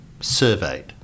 surveyed